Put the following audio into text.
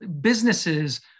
Businesses